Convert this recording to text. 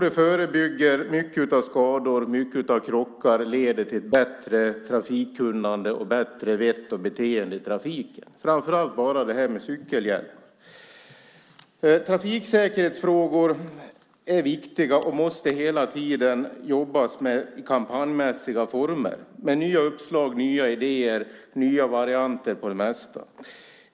Den förebygger många skador och krockar, och det leder till bättre trafikkunnande samt bättre vett och beteende i trafiken. Det gäller framför allt cykelhjälmar. Trafiksäkerhetsfrågor är viktiga och måste hela tiden jobbas med i kampanjmässiga former med nya uppslag, idéer och nya varianter på det mesta.